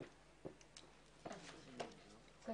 11:50.